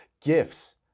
gifts